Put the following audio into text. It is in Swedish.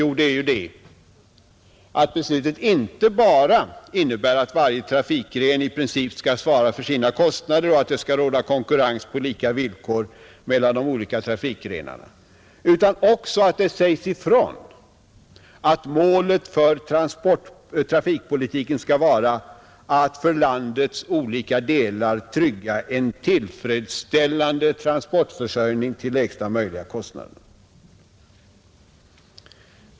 Ja, det är att beslutet inte bara innebär att varje trafikgren i princip skall svara för sina kostnader, att det skall råda konkurrens på lika villkor mellan de olika trafikgrenarna, utan också att det sägs ifrån att målet för trafikpolitiken skall vara att för landets olika delar trygga en tillfredsställande transportförsörjning till lägsta möjliga kostnader.